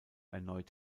erneut